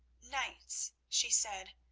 knights, she said,